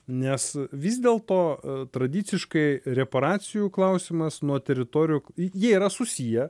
nes vis dėlto tradiciškai reparacijų klausimas nuo teritorijų jie yra susiję